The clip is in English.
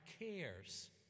cares